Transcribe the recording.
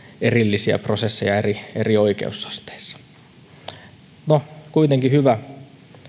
erillisiä prosesseja eri eri oikeusasteissa no kuitenkin hyvä